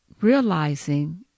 realizing